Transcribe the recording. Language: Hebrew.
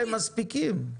הם מספיקים.